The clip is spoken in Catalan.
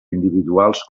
individuals